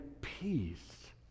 peace